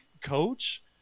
coach